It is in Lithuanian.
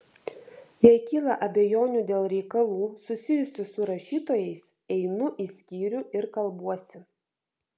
jei kyla abejonių dėl reikalų susijusių su rašytojais einu į skyrių ir kalbuosi